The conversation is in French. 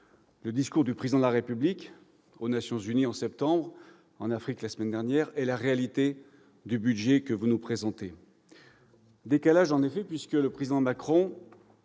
les discours du Président de la République, aux Nations unies en septembre, en Afrique la semaine dernière, et la réalité du budget que vous nous présentez ? Décalage il y a, en effet, puisque le président Macron